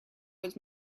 was